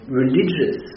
religious